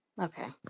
Okay